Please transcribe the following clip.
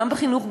גם בחינוך,